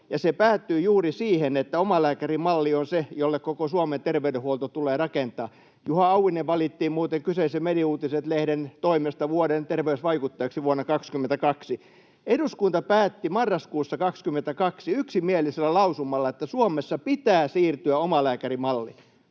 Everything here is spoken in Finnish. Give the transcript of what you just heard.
se päätyi juuri siihen, että omalääkärimalli on se, jolle koko Suomen terveydenhuolto tulee rakentaa. Juha Auvinen valittiin muuten kyseisen Mediuutiset-lehden toimesta vuoden terveysvaikuttajaksi vuonna 22. Eduskunta päätti marraskuussa 22 yksimielisellä lausumalla, että Suomessa pitää siirtyä omalääkärimalliin.